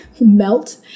melt